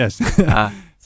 yes